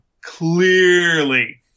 clearly